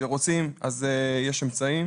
כשרוצים יש אמצעים.